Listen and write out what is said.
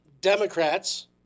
Democrats